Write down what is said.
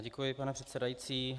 Děkuji, pane předsedající.